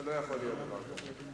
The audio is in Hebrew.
לא יכול להיות דבר כזה.